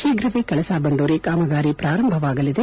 ಶೀಘವೇ ಕಳಸಾ ಬಂಡೂರಿ ಕಾಮಗಾರಿ ಪ್ರಾರಂಭವಾಗಲಿದೆ